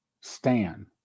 Stan